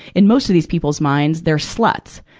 in most of these people's minds, they're sluts.